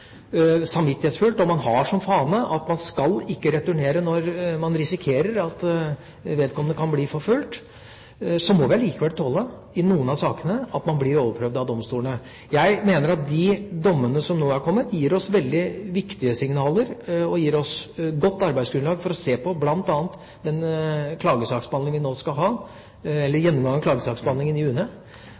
samvittighetsfullt, og man har som fane at man skal ikke returnere når man risikerer at vedkommende kan bli forfulgt. Vi må allikevel tåle i noen av sakene at man blir overprøvd av domstolene. Jeg mener at de dommene som nå har kommet, gir oss veldig viktige signaler, og gir oss godt arbeidsgrunnlag for å se på bl.a. den klagesaksbehandlingen vi nå skal ha, eller gjennomgang av klagesaksbehandlingen i